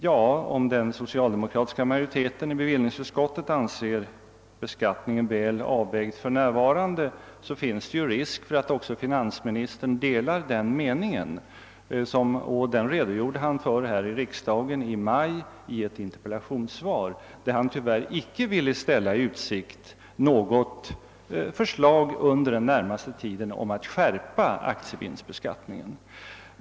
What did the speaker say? Ja, om den socialdemokratiska majoriteten i bevillningsutskottet anser beskattningen väl avvägd för närvarande, finns det risk för att också finansministern delar den meningen. Och den redogjorde han för här i riksdagen i maj månad i ett interpellationssvar, där han tyvärr icke ville ställa i utsikt något förslag under den närmaste tiden om att skärpa aktievinstbeskattningen.